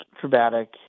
traumatic